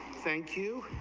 thank you,